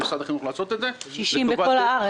לעשות את זה בכל הארץ.